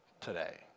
today